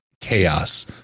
Chaos